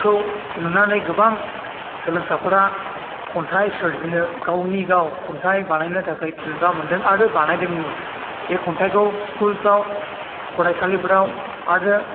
खौ नुनानै गोबां सोलोंसाफ्रा खन्थाइ सोरजिनो गावनि गाव खन्थाइ बानायनो थाखाय थुलुंगा मोनदों आरो बानायदोंबोमोन बे खन्थाइखौ स्कुलफ्राव फरायसालिफ्राव आरो